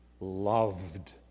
loved